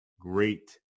great